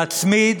להצמיד